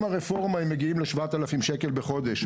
עם הרפורמה הם מגיעים לשבעת אלפים שקל לחודש,